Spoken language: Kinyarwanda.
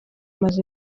maze